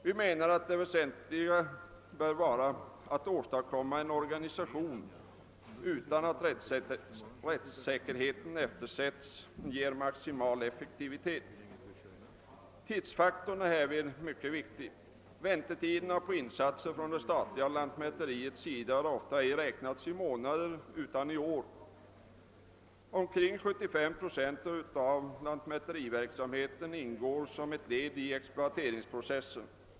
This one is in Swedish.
Vi menar att det väsentliga bör vara att åstadkomma en organisation som utan att rättssäkerheten eftersätts ger maximal effektivitet. Tidsfaktorn är härvid mycket viktig. Väntetiderna på insatser från det statliga lantmäteriets sida har ofta ej räknats i månader utan i år. Omkring 75 Zo av lantmäteriverksamheten ingår som ett led i exploateringsprocessen.